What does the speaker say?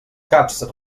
caps